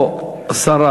או הסרה,